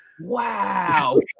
Wow